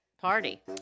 party